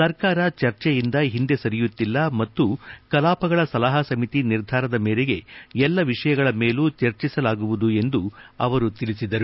ಸರ್ಕಾರ ಚರ್ಚೆಯಿಂದ ಹಿಂದೆ ಸರಿಯುತ್ತಿಲ್ಲ ಮತ್ತು ಕಲಾಪಗಳ ಸಲಹಾ ಸಮಿತಿ ನಿರ್ಧಾರದ ಮೇರೆಗೆ ಎಲ್ಲ ವಿಷಯಗಳ ಮೇಲೂ ಚರ್ಚಿಸಲಾಗುವುದು ಎಂದು ಅವರು ಹೇಳಿದರು